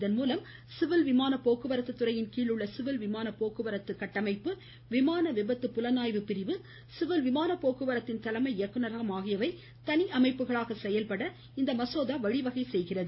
இதன்மூலம் சிவில் விமான போக்குவரத்து துறையின் கீழ் உள்ள சிவில் விமான போக்குவரத்து அமைப்பு விமான விபத்து புலனாய்வு அமைப்பு சிவில் விமான போக்குவரத்தின் தலைமை இயக்குனரகம் ஆகியவை கலி அமைப்புகளாக செயல்பட இந்த மசோதா வழிவகை செய்கிறது